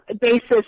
basis